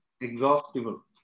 Exhaustible